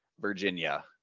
Virginia